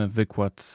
wykład